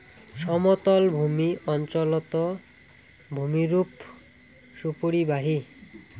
সমতলভূমি অঞ্চলত ভূমিরূপ সুপরিবাহী